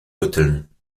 rütteln